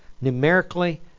Numerically